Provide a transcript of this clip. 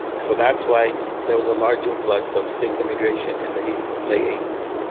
so that's why there was a large influx of sikh immigration in the eighty s, late eighty s.